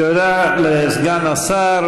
תודה לסגן השר.